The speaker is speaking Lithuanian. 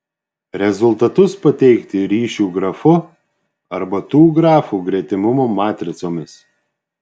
rezultatus pateikti ryšių grafu arba tų grafų gretimumo matricomis